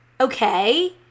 Okay